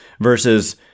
versus